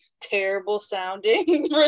terrible-sounding